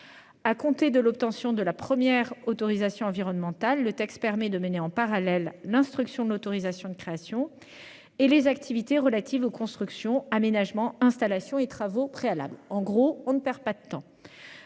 À compter de l'obtention de la première autorisation environnementale, le texte permet de mener en parallèle l'instruction de l'autorisation de création et les activités relatives aux constructions, aménagements, installations et travaux préalables. En bref, on ne perd pas de temps